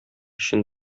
өчен